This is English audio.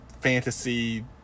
fantasy